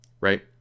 right